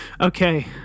Okay